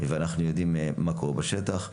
ואנחנו יודעים מה קורה בשטח.